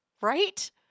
right